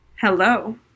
Hello